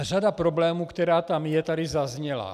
Řada problémů, která tam je, tady zazněla.